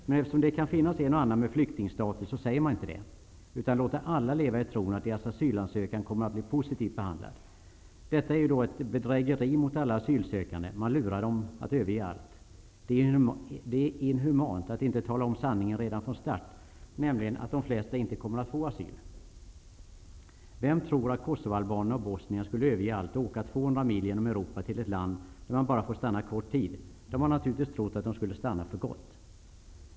Men eftersom det kan finnas en och annan med flyktingstatus, säger man inte detta, utan man låter alla leva i tron att deras asylansökningar kommer att bli positivt behandlade. Detta är ett bedrägeri mot alla asylsökande, och man lurar dem att överge allt. Det är inhumant att inte tala omsanningen redan från start, nämligen att de flesta inte kommer att få asyl. Vem tror att kosovoalbanerna och bosnierna skulle överge allt och åka 200 mil genom Europa till ett land, där de bara får stanna en kort tid? De har naturligtvis trott att de skulle få stanna för gott.